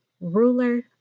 ruler